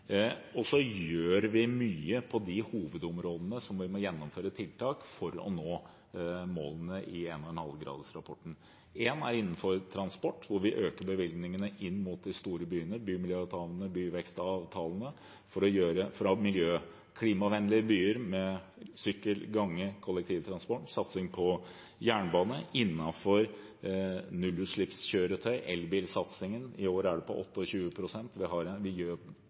gjør mye på de hovedområdene der vi må gjennomføre tiltak for å nå målene i 1,5-gradersrapporten. En ting er innenfor transport, hvor vi øker bevilgningene inn mot de store byene – bymiljøavtalene, byvekstavtalene – klimavennlige byer med sykkel, gange, kollektivtransport, satsing på jernbane, innenfor nullutslippskjøretøy- og elbilsatsingen. I år er det på 28 pst. Vi har miljøtiltak innenfor transport ingen andre land er i nærheten av. Vi